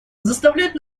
заставляют